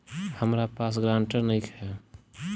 हमरा पास ग्रांटर नइखे?